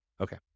Okay